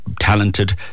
talented